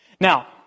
Now